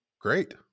Great